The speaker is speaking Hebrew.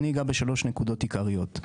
אני אגע בשלוש נקודות עיקריות.